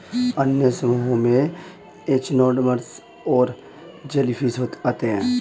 अन्य समूहों में एचिनोडर्म्स और जेलीफ़िश आते है